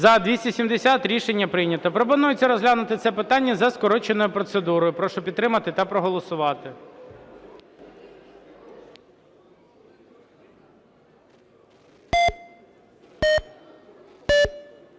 За-270 Рішення прийнято. Пропонується розглянути це питання за скороченою процедурою. Прошу підтримати та проголосувати.